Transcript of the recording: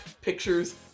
pictures